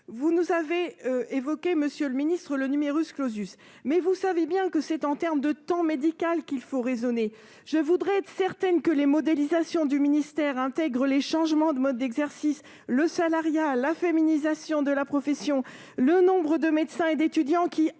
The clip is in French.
? Vous avez évoqué le, mais, vous le savez bien, c'est en termes de temps médical qu'il faut raisonner ; je voudrais être certaine que les modélisations de vos services intègrent les changements de mode d'exercice, le salariat, la féminisation de la profession, le nombre de médecins et d'étudiants qui